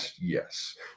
yes